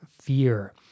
fear